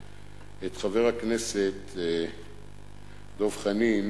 את חבר הכנסת דב חנין